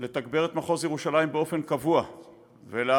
לתגבר את מחוז ירושלים באופן קבוע ולהיערך